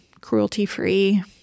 cruelty-free